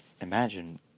imagine